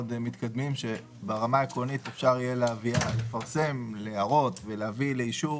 מאוד מתקדמים שברמה העקרונית אפשר יהיה לפרסם להערות ולהביא לאישור